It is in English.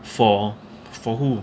for for who